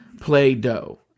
Play-Doh